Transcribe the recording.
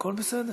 הכול בסדר.